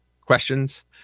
questions